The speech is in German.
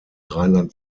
rheinland